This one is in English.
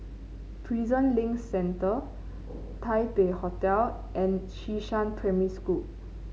Prison Link Centre Taipei Hotel and Xishan Primary School